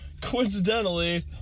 coincidentally